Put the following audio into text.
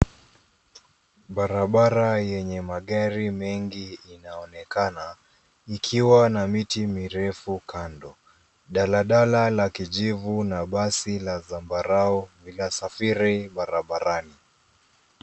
Barabara yenye magari mengi inaonekana ikiwa na miti mirefu kando. Daladala la kijivu na basi la zambarau vinasafiri barabarani.